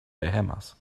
bahamas